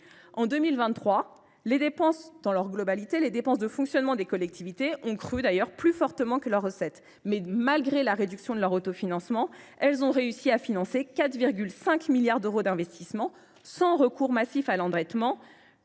En 2023, les dépenses de fonctionnement des collectivités territoriales ont crû plus fortement que leurs recettes. Malgré la réduction de leur autofinancement, elles ont réussi à financer 4,5 milliards d’euros d’investissement sans recourir massivement à l’endettement